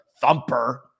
thumper